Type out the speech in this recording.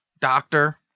doctor